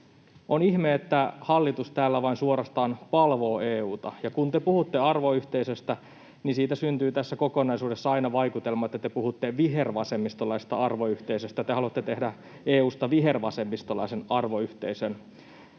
On ihme, että hallitus täällä vain suorastaan palvoo EU:ta, ja kun te puhutte arvoyhteisöstä, niin siitä syntyy tässä kokonaisuudessa aina vaikutelma, että te puhutte vihervasemmistolaisesta arvoyhteisöstä. Te haluatte tehdä EU:sta vihervasemmistolaisen arvoyhteisön.